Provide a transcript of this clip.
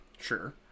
Sure